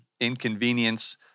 inconvenience